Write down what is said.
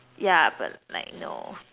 yeah but like no